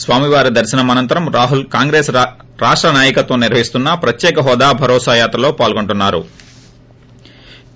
స్వామివారి దర్పనం అనంతరం రాహుల్ కాంగ్రెస్ రాష్ల నాయకత్వం నిర్వహిస్తోన్ప ప్రత్యేక హోదా భరోసా యాత్ర లో పాల్గొంటున్నారు